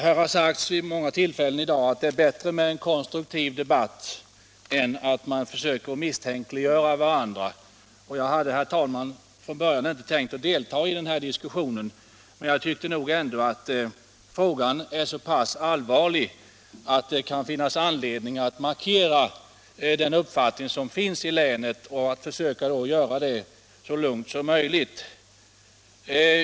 Här har sagts vid många tillfällen i dag att det är bättre att man för en konstruktiv debatt än att man försöker misstänkliggöra varandra. Jag hade, herr talman, från början inte tänkt delta i denna debatt. Men jag tyckte ändå att frågan är så pass allvarlig att det kan finnas anledning att markera den uppfattning som finns i länet — och försöka göra det så lugnt som möjligt.